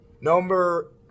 Number